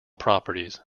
properties